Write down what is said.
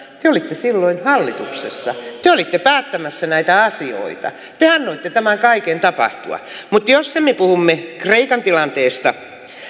te te olitte silloin hallituksessa te olitte päättämässä näitä asioita te annoitte tämän kaiken tapahtua mutta jos me puhumme kreikan tilanteesta